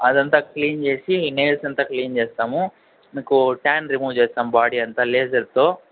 అదంతా క్లీన్ చేసి నెయిల్స్ అంతా క్లీన్ చేస్తాము మీకు ట్యాన్ రిమూవ్ చేస్తాం బాడీ అంతా లేజర్తో